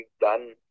done